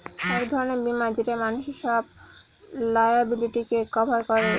এক ধরনের বীমা যেটা মানুষের সব লায়াবিলিটিকে কভার করে